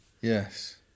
Yes